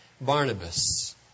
Barnabas